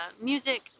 music